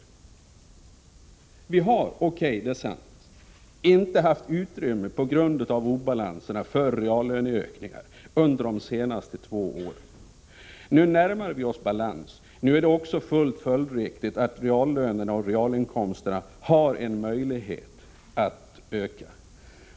O.K., vi har de senaste två åren på grund av obalansen inte haft utrymme för reallöneökningar. Nu närmar vi oss balans, nu är det också fullt följdriktigt att reallönerna och realinkomsterna kan öka.